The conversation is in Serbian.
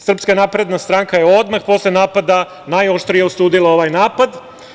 Srpska napredna stranka je odmah posle napada najoštrije osudila ovaj napad.